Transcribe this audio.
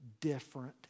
different